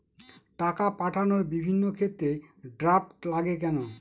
টাকা পাঠানোর বিভিন্ন ক্ষেত্রে ড্রাফট লাগে কেন?